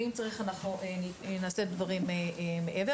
ואם צריך אנחנו נעשה דברים מעבר.